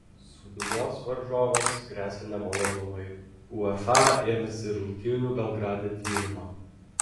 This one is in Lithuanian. sūduvos varžovams gresia nemalonumai uefa ėmėsi rungtynių belgrade tyrimo